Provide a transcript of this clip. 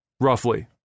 roughly